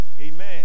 Amen